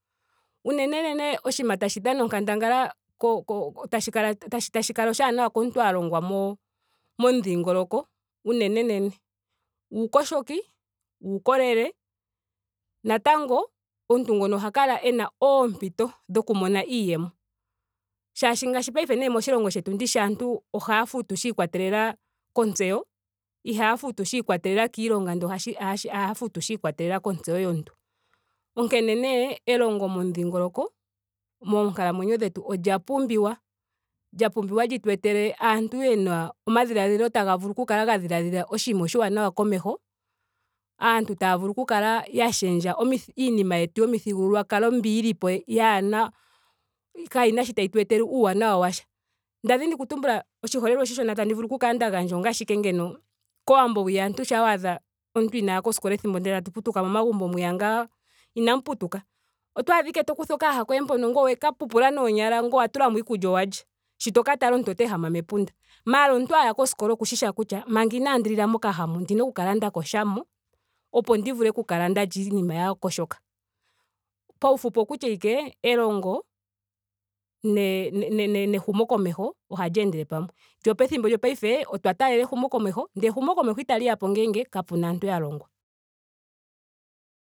Unenene oshinima tashi dhana onkandangala ko- ko tashi kala tashi tashi kala oshaanawa komuntu a longwa mo- momudhingoloko unenene uuyogoki. uukolele. Natango omuntu ngono oha kala ena oompito dhoku mona iiyemo. Shaashi paife nee moshilongo shetu ndishi aantu ohaya futu shiikwatelela kontseyo. ihaya futu shiikwatelela kiilonga ndela ohashi ohashi ohaya futu shiikwatelela kontseyo hyomuntu. Onkene nee elongo momudhingoloko moonkalamwenyo dhetu olya pumbiwa. lya pumbiwa litu etele aantu yena omadhiladhilo taga vulu oku kala ga dhiladhila oshinima oshaanawa komeho. aantu taya vulu oku kala ya shendja omithi iinima yetu yomithigululwakalo mbili yilipo yaana kaayina shoka tayi tu etele uuwanawa washa. Na dhini oku tumba oshiholelwa oshishona tandi vulu oku kala nda gandja ogaashi ashike ngeno kowambo hwiya aantu shampa waadha omuntu inaaya koskola ethimbo ndiya tatu putuka mmagumbo mwiya ngaa inamu putuka. oto adha ashike to kutha okayaha koye mpono ngoye owe ka pupula noonyala ngweye owa tulamo iikulya. ngoye owa lya. Sho to ka tala omuntu ota ehama mepunda. Maara omuntu aya koskola oku shishi owala kutya manga inaandi lila momakayaha muka ondina oku kala nda yoga mo opo ndi vulu oku kala nda lya iinima ya yogoka. Paufupi okutya ashike elongo olya ne- ne- nehumokomeho ohali endele pamwe. lyo pethimbo lyopaife okwa taalela ehumokomeho. ndele ehumokomeho itali yapo ngele kapuna aantu ya longwa.